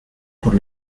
por